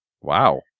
Wow